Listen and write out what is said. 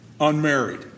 unmarried